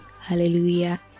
Hallelujah